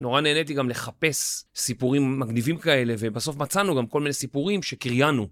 נורא נהניתי גם לחפש סיפורים מגניבים כאלה, ובסוף מצאנו גם כל מיני סיפורים שקריינו.